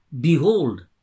Behold